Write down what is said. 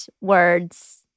words